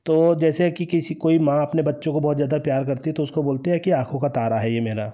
तो जैसे कि किसी कोई माँ अपने बच्चों को बहुत ज़्यादा प्यार करती तो उसको बोलते हैं कि आँखों का तारा है यह मेरा